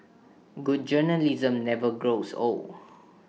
good journalism never grows old